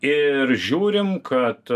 ir žiūrim kad